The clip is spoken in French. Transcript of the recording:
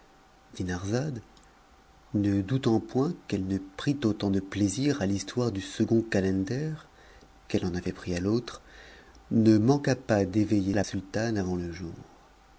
nuit dinarzade ne doutant point qu'elle ne prit autant de plaisir à l'histoire du second calender qu'elle en avait pris à l'autre ne manqua pas d'éveiller la sultane avant le jour